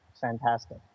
fantastic